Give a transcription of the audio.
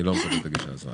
אני לא מקבל את הגישה הזאת.